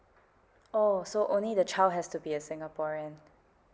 oh so only the child has to be a singaporean